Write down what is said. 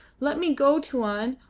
let me go, tuan.